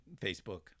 facebook